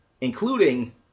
including